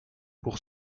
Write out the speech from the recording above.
pour